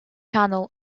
channel